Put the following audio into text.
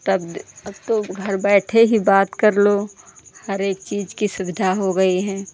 तब द अब तो घर बैठे ही बात कर लो हर एक चीज़ की सुविधा हो गई है